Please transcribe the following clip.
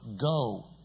go